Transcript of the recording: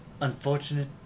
unfortunate